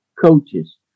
Coaches